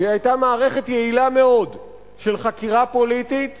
והיא היתה מערכת יעילה מאוד של חקירה פוליטית